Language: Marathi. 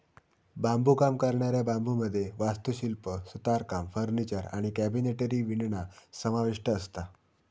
बांबुकाम करणाऱ्या बांबुमध्ये वास्तुशिल्प, सुतारकाम, फर्निचर आणि कॅबिनेटरी विणणा समाविष्ठ असता